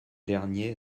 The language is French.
derniers